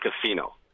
Casino